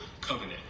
covenant